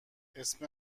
اسم